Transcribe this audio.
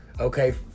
Okay